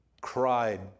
Cried